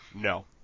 No